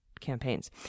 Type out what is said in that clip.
campaigns